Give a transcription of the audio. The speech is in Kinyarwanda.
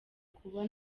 kuba